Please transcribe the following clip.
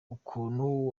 ukuntu